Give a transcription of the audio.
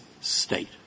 state